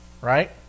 Right